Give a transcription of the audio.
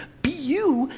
be you,